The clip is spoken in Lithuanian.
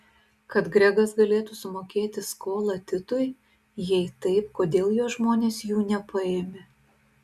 kad gregas galėtų sumokėti skolą titui jei taip kodėl jo žmonės jų nepaėmė